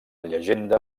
llegenda